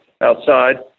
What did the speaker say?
outside